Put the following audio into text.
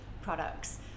products